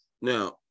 Now